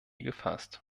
gefasst